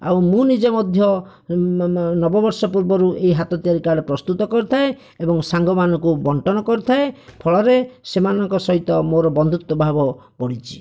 ଆଉ ମୁଁ ନିଜେ ମଧ୍ୟ ନବବର୍ଷ ପୂର୍ବରୁ ଏହି ହାତ ତିଆରି କାର୍ଡ଼ ପ୍ରସ୍ତୁତ କରିଥାଏଁ ଏବଂ ସାଙ୍ଗମାନଙ୍କୁ ବଣ୍ଟନ କରିଥାଏଁ ଫଳରେ ସେମାନଙ୍କ ସହିତ ମୋର ବନ୍ଧୁତ୍ୱଭାବ ବଢିଛି